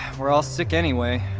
we're all sick anyway